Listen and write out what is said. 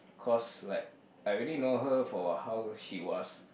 cause like I already know her for how she was